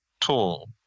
tool